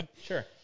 sure